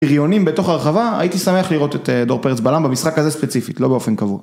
בריונים בתוך הרחבה הייתי שמח לראות את דור פרץ בלם במשחק הזה ספציפית לא באופן קבוע